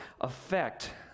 affect